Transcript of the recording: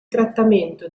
trattamento